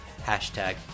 Hashtag